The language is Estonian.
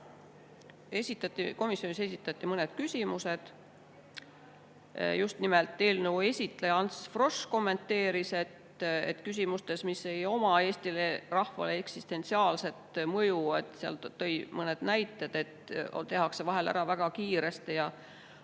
Jah, komisjonis esitati mõned küsimused. Just nimelt eelnõu esitleja Ants Frosch kommenteeris, et küsimuste puhul, mis ei oma Eesti rahvale eksistentsiaalset mõju – seal ta tõi mõned näited –, tehakse vahel [otsused] väga kiiresti ära,